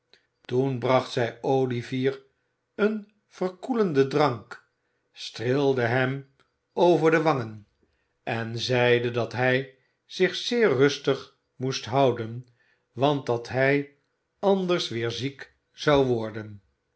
toen bracht zij olivier een verkoelenden drank streelde hem over de wangen en zeide dat hij zich zeer rustig moest houden want dat hij anders weer ziek zou worden